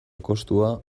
kostua